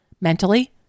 mentally